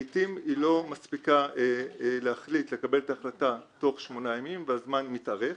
לעיתים היא לא מספיקה לקבל את ההחלטה תוך שמונה ימים והזמן מתארך.